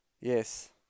Yes